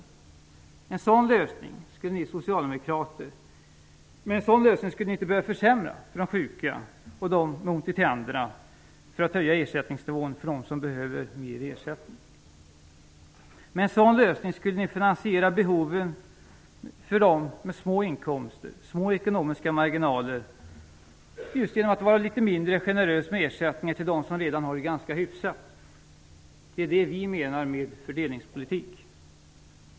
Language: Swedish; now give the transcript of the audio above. Med en sådan lösning skulle ni socialdemokrater inte behöva försämra för de sjuka och för dem med ont i tänderna för att kunna höja ersättningsnivån för dem som behöver mer ersättning. Med en sådan lösning skulle ni finansiera behoven hos dem med små inkomster och små ekonomiska marginaler just genom att vara litet mindre generösa med ersättningar till dem som redan har det ganska hyfsat. Det är det vi menar med fördelningspolitik.